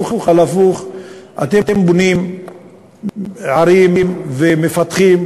אתם בונים ערים ומפתחים,